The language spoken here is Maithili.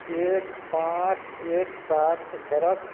एक पाँच एक सात बरख